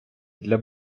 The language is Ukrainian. для